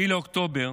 7 באוקטובר